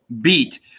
beat